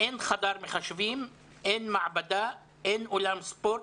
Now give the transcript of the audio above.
אין חדר מחשבים, אין מעבדה, אין אולם ספורט.